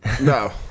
no